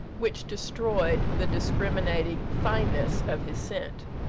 which destroyed the discriminating fineness of his scent.